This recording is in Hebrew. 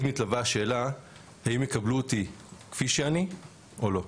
מתלווה השאלה האם יקבלו אותי כפי שאני או לא.